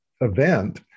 event